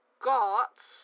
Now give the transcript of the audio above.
got